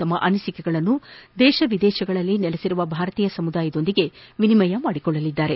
ತಮ್ಮ ಅನಿಸಿಕೆಗಳನ್ನು ದೇಶ ಹಾಗೂ ವಿದೇಶಗಳಲ್ಲಿ ನೆಲೆಸಿರುವ ಭಾರತೀಯ ಸಮುದಾಯದೊಂದಿಗೆ ವಿನಿಮಯ ಮಾಡಿಕೊಳ್ಳಲಿದ್ದಾರೆ